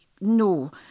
no